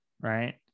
Right